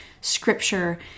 scripture